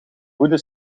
goede